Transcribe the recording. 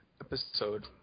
episode